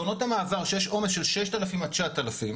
בעונות המעבר שיש עומס של 6,000 עד 9,000,